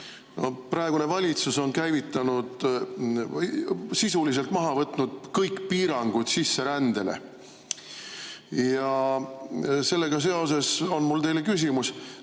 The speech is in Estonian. Praegune valitsus on käivitanud või sisuliselt maha võtnud kõik sisserände piirangud ja sellega seoses on mul teile küsimus.